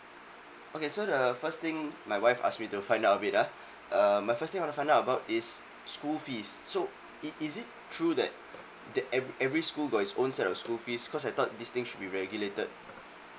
okay so the first thing my wife ask me to find out a bit ah err my first thing I want to find out about is school fees so it is it true that that every every school got his own set of school fees cause I thought this thing should be regulated